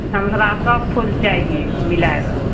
हमरा सब फूल चाहिये मिलाए कऽ